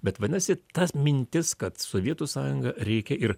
bet vadinasi ta mintis kad sovietų sąjungą reikia ir